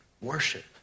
Worship